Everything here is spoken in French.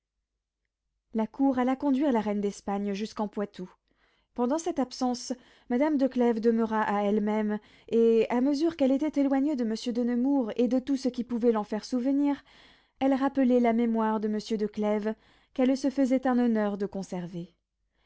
la cour alla conduire la reine d'espagne jusqu'en poitou pendant cette absence madame de clèves demeura à elle-même et à mesure qu'elle était éloignée de monsieur de nemours et de tout ce qui l'en pouvait faire souvenir elle rappelait la mémoire de monsieur de clèves qu'elle se faisait un honneur de conserver